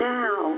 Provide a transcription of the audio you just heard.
now